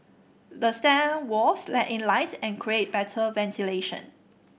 the stair walls let in light and create better ventilation